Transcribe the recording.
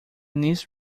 niece